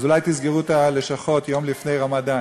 אז אולי תסגרו את הלשכות יום לפני רמדאן.